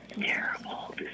Terrible